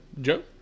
Joe